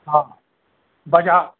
हा बज़ार